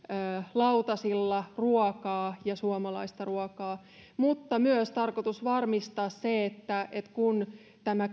lautasilla ruokaa ja suomalaista ruokaa mutta on myös tarkoitus varmistaa se että että kun tämä